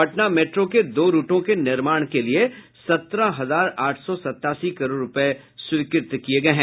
Patna metro के दो रूटों के निर्माण के लिए सत्रह हजार आठ सौ सत्तासी करोड़ रूपये स्वीकृत किये गये हैं